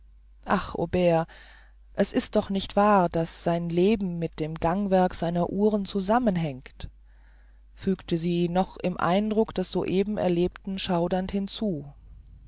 ach aubert es ist doch nicht wahr daß sein leben mit dem gangwerk seiner uhren zusammenhängt fügte sie noch im eindruck des soeben erlebten schaudernd hinzu